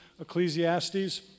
Ecclesiastes